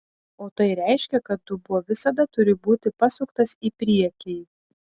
o tai reiškia kad dubuo visada turi būti pasuktas į priekį